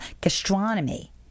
gastronomy